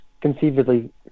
conceivably